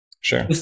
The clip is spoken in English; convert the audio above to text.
Sure